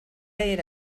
era